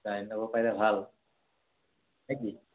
পাৰিলে ভাল নে কি